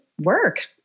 work